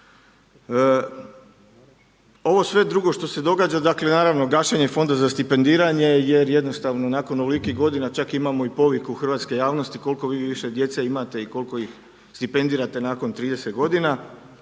Ovo sve drugo što se događa dakle, naravno gašenje Fonda za stipendiranje jer jednostavno nakon ovolikih godina čak imamo i poviku hrvatske javnosti koliko vi više djece imate i koliko ih stipendirate nakon 30 godina,